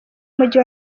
umujyi